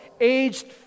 aged